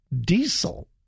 diesel